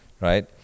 Right